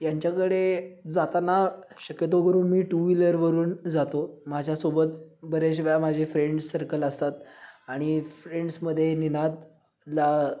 यांच्याकडे जाताना शक्यतोकरून मी टू व्हीलरवरून जातो माझ्यासोबत बरेच वेळा माझे फ्रेंड सर्कल असतात आणि फ्रेंड्समध्ये निनादला